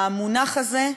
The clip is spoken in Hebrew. המונח הזה,